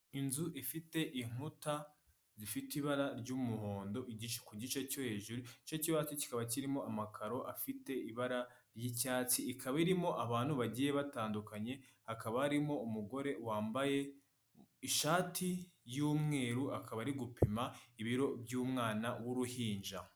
Inzu ifite inkuta zifite ibara ry'umuhondo ku gice cyo hejuru, igice cyo hasi kikaba kirimo amakaro afite ibara ry'icyatsi, ikaba irimo abantu bagiye batandukanye, hakaba harimo umugore wambaye ishati y'umweru akaba ari gupima ibiro by'umwana w'uruhinja.